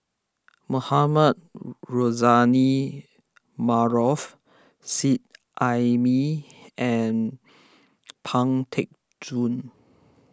Mohamed Rozani Maarof Seet Ai Mee and Pang Teck Joon